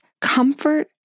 comfort